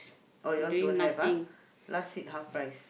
oh yours don't have ah last seat half price